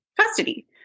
custody